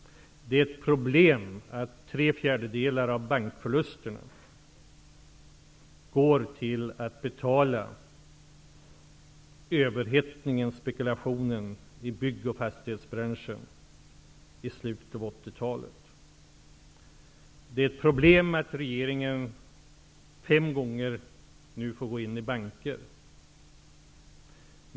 Det är ett problem att tre fjärdedelar av bankernas förluster gått till att betala överhettningen och spekulationen inom bygg och fastighetsbranschen i slutet av 80-talet. Det är ett problem att regeringen fem gånger fått gå in och hjälpa banker.